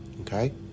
Okay